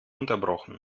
unterbrochen